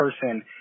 person